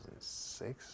2006